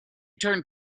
turned